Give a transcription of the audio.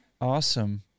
awesome